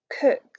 cook